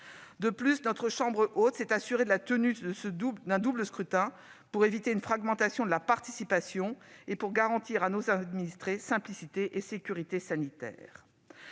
De plus, notre chambre haute s'est assurée de la tenue d'un double scrutin pour éviter une fragmentation de la participation et garantir à nos administrés simplicité et sécurité sanitaire.